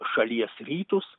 šalies rytus